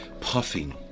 puffing